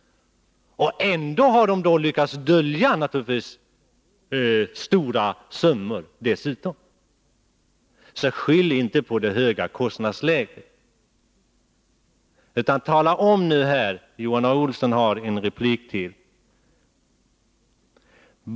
Och ändå har de naturligtvis lyckats dölja stora summor dessutom. Så skyll inte på det höga kostnadsläget. Johan A. Olsson har rätt till en replik till.